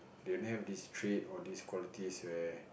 they don't have this trait or this qualities where